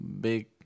big